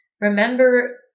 remember